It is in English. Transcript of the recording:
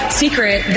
secret